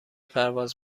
پرواز